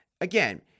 again